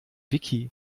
wiki